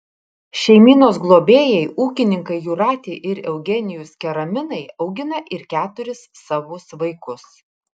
šeimynos globėjai ūkininkai jūratė ir eugenijus keraminai augina ir keturis savus vaikus